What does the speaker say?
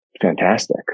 fantastic